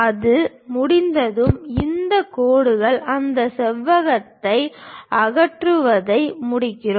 அது முடிந்ததும் இந்த கோடுகள் அந்த செவ்வகத்தை அகற்றுவதை முடிக்கிறோம்